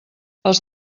els